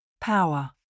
Power